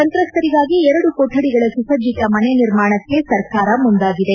ಸಂತ್ರಸ್ತರಿಗಾಗಿ ಎರಡು ಕೊಠಡಿಗಳ ಸುಸಜ್ಜಿತ ಮನೆ ನಿರ್ಮಾಣಕ್ಕೆ ಸರ್ಕಾರ ಮುಂದಾಗಿದೆ